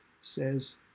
says